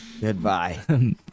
Goodbye